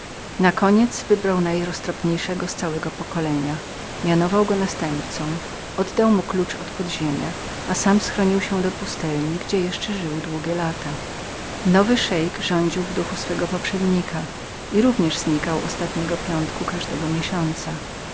wystarczały nakoniec wybrał najroztropniejszego z całego pokolenia mianował go następcą oddał mu klucz od podziemia i sam schronił się do pustelni gdzie jeszcze długie żył lata nowy szeik rządził w duchu swego poprzednika i również znikał ostatniego piątku każdego miesiąca